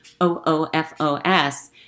O-O-F-O-S